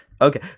Okay